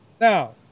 Now